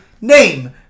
name